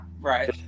Right